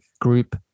group